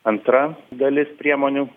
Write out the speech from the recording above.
antra dalis priemonių